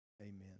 Amen